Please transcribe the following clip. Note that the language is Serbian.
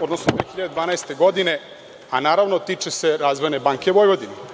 odnosno 2012. godine, a naravno tiče se Razvojne banke Vojvodine.